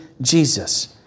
Jesus